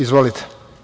Izvolite.